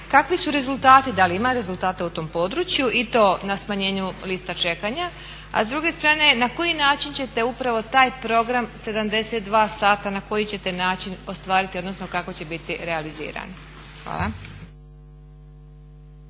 kakvi su rezultati, da li ima rezultata u tom području i to na smanjenju lista čekanja. A s druge strane na koji način ćete upravo taj program 72 sata na koji ćete način ostvariti odnosno kako će biti realiziran. Hvala.